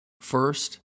First